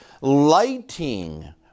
lighting